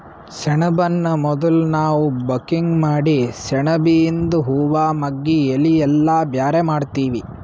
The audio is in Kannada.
ಸೆಣಬನ್ನ ಮೊದುಲ್ ನಾವ್ ಬಕಿಂಗ್ ಮಾಡಿ ಸೆಣಬಿಯಿಂದು ಹೂವಾ ಮಗ್ಗಿ ಎಲಿ ಎಲ್ಲಾ ಬ್ಯಾರೆ ಮಾಡ್ತೀವಿ